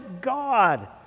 God